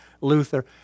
Luther